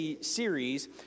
series